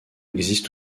existe